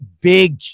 big